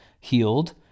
healed